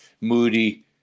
moody